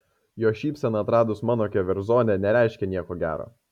jo šypsena atradus mano keverzonę nereiškė nieko gero